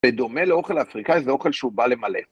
בדומה לאוכל אפריקאי, ‫זה אוכל שהוא בא למלא.